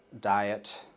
diet